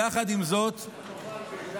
יחד עם זאת, באום אל-פחם,